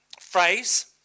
phrase